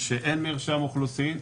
שאין מרשם אוכלוסין,